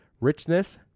Richness